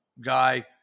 guy